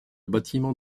bâtiment